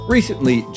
Recently